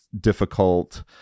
difficult